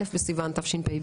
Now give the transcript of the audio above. א' בסיון התשפ"ב,